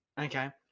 Okay